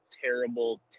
terrible